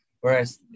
whereas